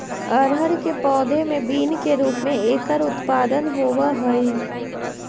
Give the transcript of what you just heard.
अरहर के पौधे मैं बीन के रूप में एकर उत्पादन होवअ हई